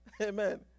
Amen